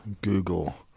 Google